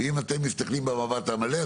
ואם אתם מסתכלים במבט המלא,